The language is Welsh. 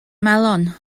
melon